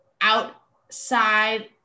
outside